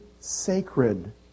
sacred